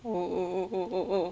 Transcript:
oh oh oh oh oh oh